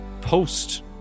post